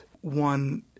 one